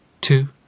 two